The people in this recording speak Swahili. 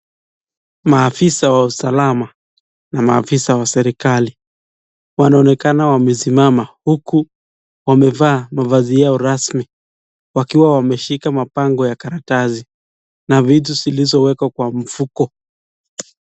Maafisa wa usalama na maafisa wa serikali wanaonekana wamesimama huku wamevaa mavazi yao rasmi wakiwa wameshika mabango ya karatasi na vitu zilizowekwa kwa mfuko.